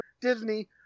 Disney